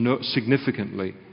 Significantly